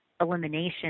elimination